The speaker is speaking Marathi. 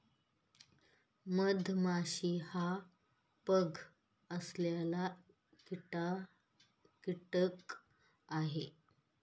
मधमाशी हा पंख असलेला कीटक आहे